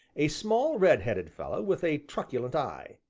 a small, red-headed fellow, with a truculent eye.